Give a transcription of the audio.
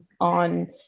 on